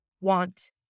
want